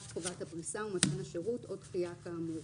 חובת הפריסה ומתן השירות או דחייה כאמור,